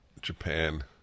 Japan